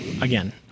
again